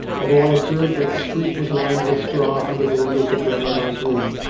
although i observed that the street was lined with straw under the windows of grandmamma's room,